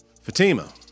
fatima